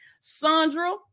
sandra